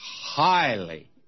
highly